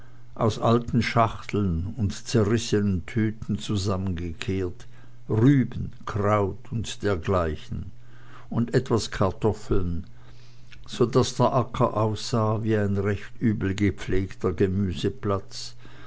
aus alten schachteln und zerrissenen düten zusammengekehrt rüben kraut und dergleichen und etwas kartoffeln so daß der acker aussah wie ein recht übel gepflegter gemüseplatz